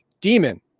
demon